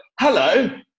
hello